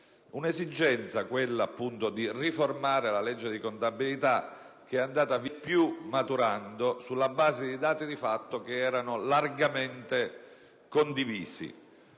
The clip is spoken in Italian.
un'esigenza, quella appunto di riformare la legge di contabilità, che è andata vieppiù maturando sulla base di dati di fatto che sono largamente condivisi